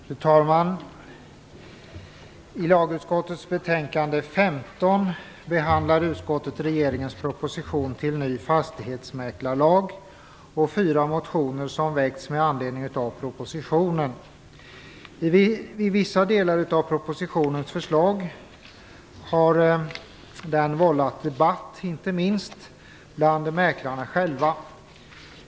Fru talman! I lagutskottets betänkande nr 15 behandlar utskottet regeringens proposition till ny fastighetsmäklarlag och fyra motioner som har väckts med anledning av propositionen. Vissa delar av propositionens förslag har vållat debatt, inte minst bland mäklarna själva.